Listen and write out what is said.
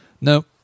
No